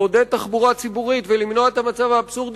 לעודד תחבורה ציבורית ולמנוע את המצב האבסורדי